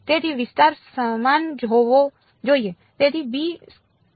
તેથી વિસ્તાર સમાન હોવો જોઈએ